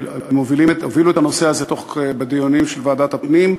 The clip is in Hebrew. שהובילו את הנושא הזה בדיונים של ועדת הפנים,